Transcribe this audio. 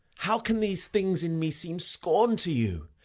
how can these things in me seem scorn to you,